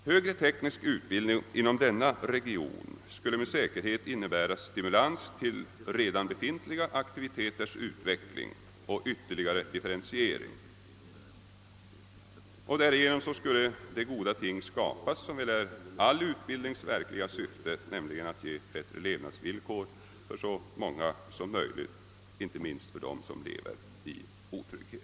Högre teknisk utbildning inom denna region skulle med säkerhet innebära stimulans till redan befintliga aktiviteters utveckling och ytterligare differentiering. Därigenom skulle de goda ting skapas som väl är all utbildnings verkliga syfte, nämligen att åstadkomma bättre levnadsvillkor för så många som möjligt, inte minst för dem som lever i otrygghet.